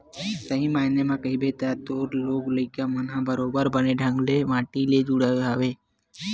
सही मायने म कहिबे त तोर लोग लइका मन ह बरोबर बने ढंग ले माटी ले जुड़े हवय